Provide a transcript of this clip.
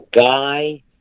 Guy